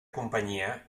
companyia